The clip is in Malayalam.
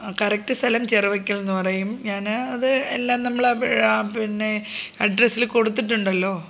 കറക്റ്റ് സ്ഥലം ചിറവക്കിൽ എന്നു പറയും ഞാൻ അത് എല്ലാം നമ്മൾ പിന്നെ അഡ്രസ്സിൽ കൊടുത്തിട്ടുണ്ടല്ലോ